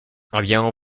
abbiamo